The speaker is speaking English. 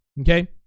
okay